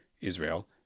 Israel